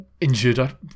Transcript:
injured